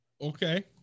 Okay